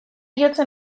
jotzen